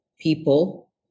people